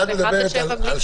זה 7:1 בלי